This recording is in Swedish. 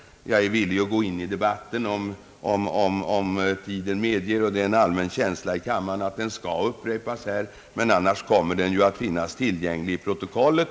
Jag är dock villig att gå in i debatten om tiden medger det och om det finns en allmän önskan i kammaren att svaret skall upprepas. Redogörelsen kommer att finnas tillgänglig i protokollet.